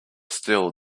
still